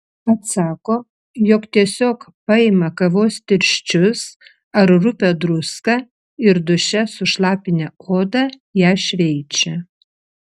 atsako jog tiesiog paima kavos tirščius ar rupią druską ir duše sušlapinę odą ją šveičia